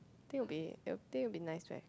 I think will be I think will be nice right